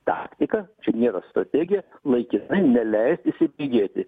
taktika čia nėra strategija laikinai neleist įsibėgėti